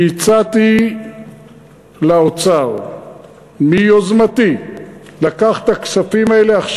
כשהצעתי לאוצר מיוזמתי לקחת את הכספים האלה,